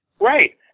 Right